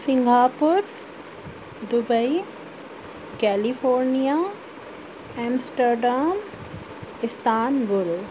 Singapore Dubai California Amsterdam Istanbul